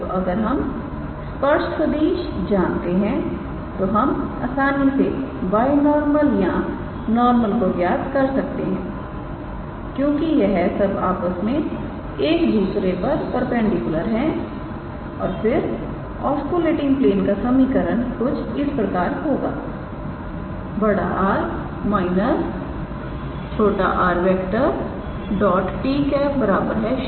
तो अगर हम स्पर्श सदिश जानते हैं तो हम आसानी से बाय नॉर्मल या नॉर्मल को ज्ञात कर सकते हैं क्योंकि यह सब आपस में एक दूसरे पर परपेंडिकुलर हैं और फिर ऑस्किलेटिंग प्लेन का समीकरण कुछ इस प्रकार होगा 𝑅⃗ − 𝑟⃗ 𝑡̂ 0